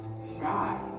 sky